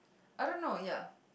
I don't know ya